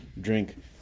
drink